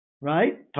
Right